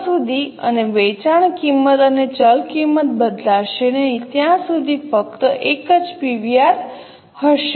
જ્યાં સુધી અને વેચાણ કિંમત અને ચલ કિંમત બદલાશે નહીં ત્યાં સુધી ફક્ત એક જ પીવીઆર હશે